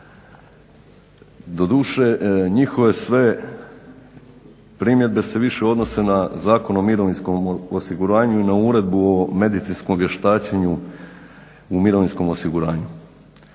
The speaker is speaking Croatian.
Doduše, njihove sve primjedbe se više odnose na Zakon o mirovinskom osiguranju i na Uredbu o medicinskom vještačenju u mirovinskom osiguranju.